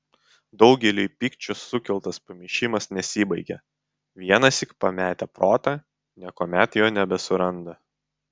daugeliui pykčio sukeltas pamišimas nesibaigia vienąsyk pametę protą niekuomet jo nebesuranda